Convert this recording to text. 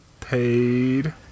paid